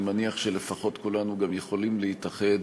אני מניח שלפחות כולנו יכולים להתאחד